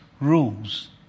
rules